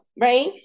right